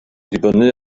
dibynnu